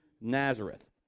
Nazareth